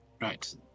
Right